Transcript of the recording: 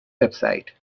website